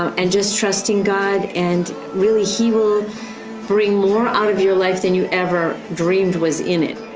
um and just trusting god and really, he will bring more out of your life than you ever dreamed was in it.